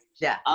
yeah.